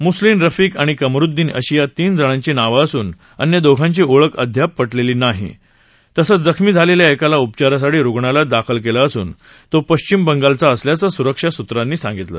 म्सलिन रफिक आणि कमरुद्दीन अशी या तीन जणांची नावं असून अन्य दोघांची ओळख अदयाप पटलेली नाही तसंच जखमी झालेल्या एकाला उपचारासाठी रुग्णालयात दाखल केलं असून तो पश्चिम बंगालचा असल्याचं स्रक्षा स्त्रांनी सांगितलं